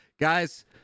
Guys